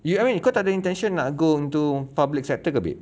you haven't kau takde intention nak go onto public sector ke